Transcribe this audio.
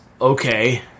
Okay